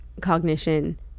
cognition